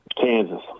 Kansas